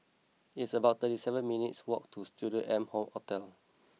it's about thirty seven minutes' walk to Studio M hall Hotel